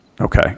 Okay